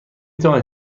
توانید